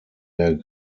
der